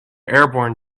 airborne